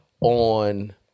on